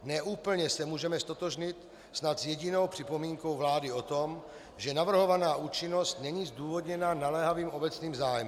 Ne úplně se můžeme ztotožnit snad s jedinou připomínkou vlády o tom, že navrhovaná účinnost není zdůvodněna naléhavým obecným zájmem.